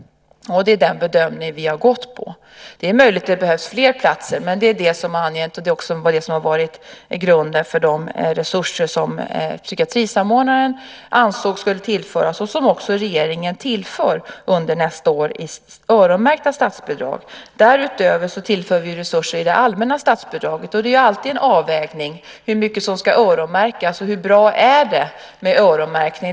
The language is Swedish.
Det är den bedömning som vi har gått på. Det är möjligt att det behövs fler platser. Men det är det som är angett, och det är alltså också det som har varit grunden för de resurser som psykiatrisamordnaren ansåg skulle tillföras och som också regeringen tillför under nästa år i öronmärkta statsbidrag. Därutöver tillför vi resurser i det allmänna statsbidraget. Det är alltid en avvägning när det gäller hur mycket som ska öronmärkas. Hur bra är det med öronmärkning?